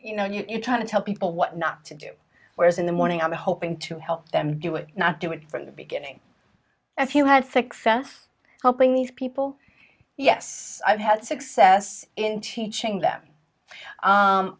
know you're trying to tell people what not to do whereas in the morning i'm hoping to help them do it not do it from the beginning if you had success helping these people yes i've had success in teaching them